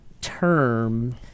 term